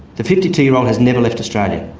the fifty two year old has never left australia.